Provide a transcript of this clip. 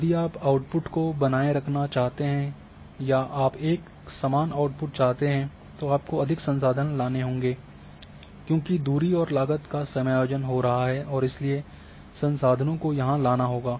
यदि आप आउट्पुट को बनाए रखना चाहते हैं या आप एक समान आउट्पुट चाहते हैं तो आपको अधिक संसाधन लाने होंगे क्योंकि दूरी और लागत का समायोजन हो रहा है और इसलिए संसाधनों को यहाँ लाना होगा